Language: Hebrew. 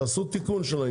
תעשו תיקון.